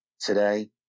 today